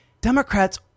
Democrats